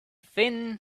thin